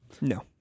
No